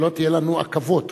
שלא תהיינה לנו עכבות.